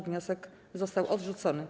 Wniosek został odrzucony.